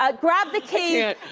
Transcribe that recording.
ah grabbed the keys i